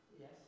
Yes